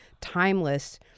timeless